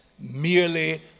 merely